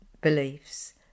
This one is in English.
beliefs